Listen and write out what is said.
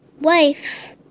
wife